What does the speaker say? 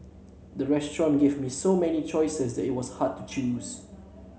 the restaurant give me so many choices that it was hard to choose